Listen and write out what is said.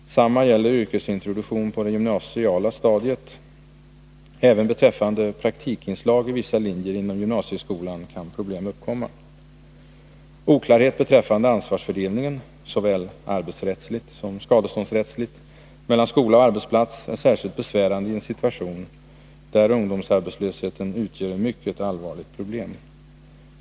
Samma gäller yrkesintroduktion på det gymnasiala stadiet. Även beträffande praktikinslag i vissa linjer inom gymnasieskolan kan problem uppkomma. Oklarhet beträffande ansvarsfördelningen, såväl arbetsrättsligt som skadeståndsrättsligt, mellan skola och arbetsplats är särskilt besvärande i en situation där ungdomsarbetslösheten utgör ett mycket allvarligt problem.